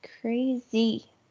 Crazy